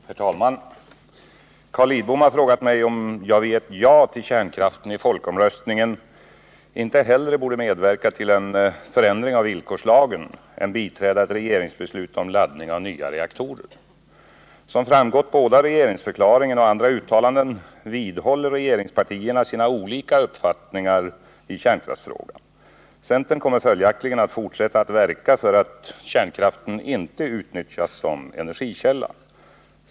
Herr talman! Carl Lidbom har frågat mig om jag vid ett ja till kärnkraften i folkomröstningen inte hellre borde medverka till en förändring av villkorslagen än biträda ett regeringsbeslut om laddning av nya reaktorer. Som framgått av både regeringsförklaringen och andra uttalanden vidhåller regeringspartierna sina olika uppfattningar i kärnkraftsfrågan. Centern kommer följaktligen att fortsätta att verka för att kärnkraften inte utnyttjas som energikälla.